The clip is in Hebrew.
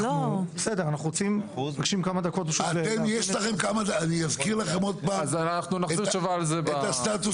זה לא --- אזכיר לכם את הסטטוס